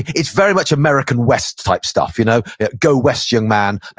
it's very much american west-type stuff. you know yeah go west, young man,